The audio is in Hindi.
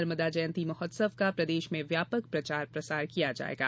नर्मदा जयंती महोत्सव का प्रदेश में व्यापक प्रचार प्रसार किया जाएगा